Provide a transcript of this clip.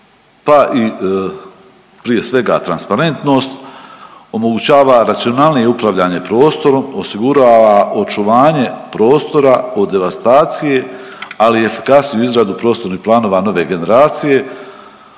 pa i prije svega transparentnost, omogućava racionalnije upravljanje prostorom, osigurava očuvanje prostora od devastacije, ali i efikasniju izradu prostornih planova nove generacije.